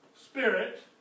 Spirit